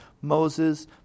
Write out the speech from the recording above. Moses